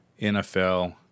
NFL